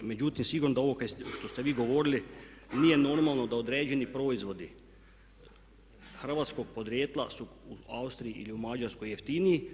Međutim, sigurno da ovo što ste vi govorili nije normalno da određeni proizvodi hrvatskog podrijetla su u Austriji ili u Mađarskoj jeftiniji.